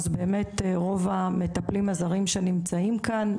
באמת רוב המטפלים הזרים שנמצאים כאן,